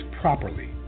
properly